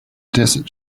desert